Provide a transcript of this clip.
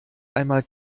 einmal